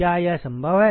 क्या यह संभव है